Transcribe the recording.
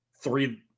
three